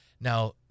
Now